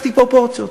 לקחתי פרופורציות.